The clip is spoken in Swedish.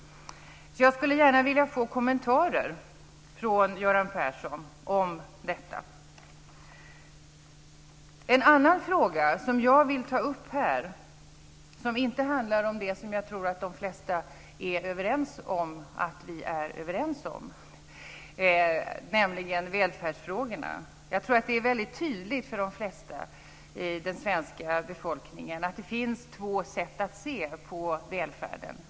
Jag skulle gärna vilja få kommentarer från Göran Persson på detta. En annan fråga som jag vill ta upp här och som inte handlar om det som jag tror att det flesta är överens om att vi är överens om, nämligen välfärdsfrågorna. Jag tror att det är väldigt tydligt för de flesta i den svenska befolkningen att det finns två sätt att se på välfärden.